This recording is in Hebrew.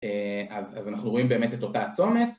‫אז אנחנו רואים באמת את אותה צומת.